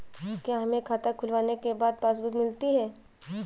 क्या हमें खाता खुलवाने के बाद पासबुक मिलती है?